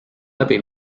läbi